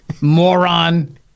Moron